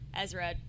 Ezra